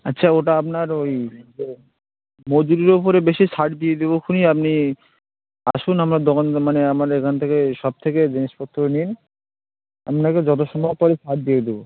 আচ্ছা ওটা আপনার ওই যে মজুরির ওপরে বেশি ছাড় দিয়ে দেবোখুনি আপনি আসুন আমার দোকানে মানে আমার এখান থেকে শপ থেকে জিনিসপত্র নিন আপনাকে যত সম্ভব পারি ছাড় দিয়ে দেবো